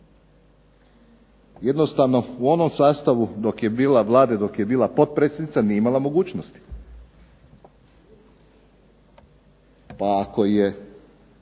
jednostavno u onom sastavu dok je bila potpredsjednica, nije imala mogućnosti. Pa ako je